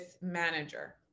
manager